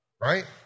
right